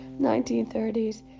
1930s